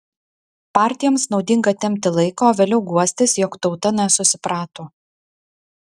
partijoms naudinga tempti laiką o vėliau guostis jog tauta nesusiprato